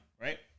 right